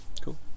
Cool